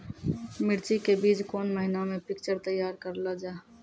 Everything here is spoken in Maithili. मिर्ची के बीज कौन महीना मे पिक्चर तैयार करऽ लो जा?